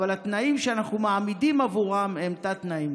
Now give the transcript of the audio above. אבל התנאים שאנחנו מעמידים עבורם הם תת-תנאים.